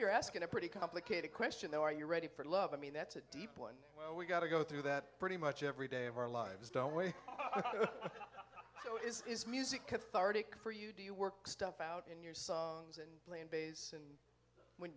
you're asking a pretty complicated question there are you ready for love i mean that's a deep one well we got to go through that pretty much every day of our lives don't we know is music cathartic for you do you work stuff out in your songs and playing bass and when